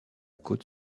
côte